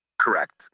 Correct